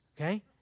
okay